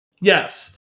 Yes